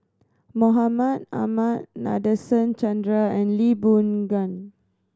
Mahmud Ahmad Nadasen Chandra and Lee Boon Ngan